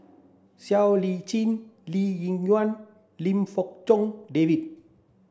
Siow Lee Chin Lee Ling Yen Lim Fong Jock David